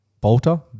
Bolter –